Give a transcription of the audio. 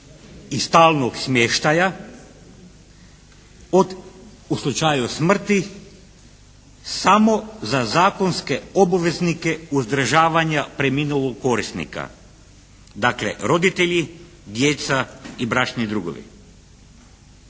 i stalnog smještaja u slučaju smrti samo za zakonske obveznike uzdržavanja preminulog korisnika. Dakle roditelji, djeca i bračni drugovi.